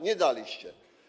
Nie daliście.